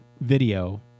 video